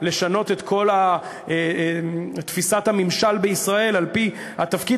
לשנות את כל תפיסת הממשל בישראל על-פי התפקיד